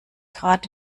grad